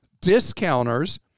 discounters